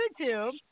YouTube